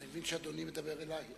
אני מבין שאדוני מדבר אלי.